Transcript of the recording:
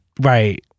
right